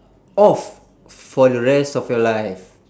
off for the rest of your life